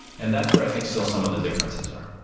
and that's where i think still some of the differences are.